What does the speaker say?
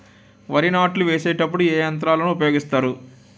వరి నాట్లు వేసేటప్పుడు ఏ యంత్రాలను ఉపయోగిస్తారు?